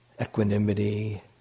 equanimity